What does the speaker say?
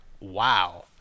wow